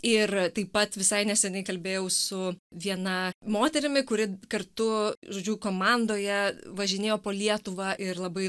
ir taip pat visai nesenai kalbėjau su viena moterimi kuri kartu žodžiu komandoje važinėjo po lietuvą ir labai